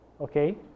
Okay